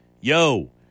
yo